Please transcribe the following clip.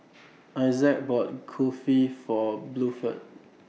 Issac bought Kulfi For Bluford